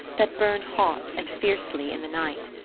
that burned hot and fiercely in the night.